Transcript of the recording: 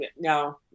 no